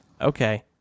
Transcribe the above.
okay